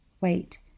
wait